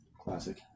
Classic